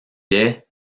est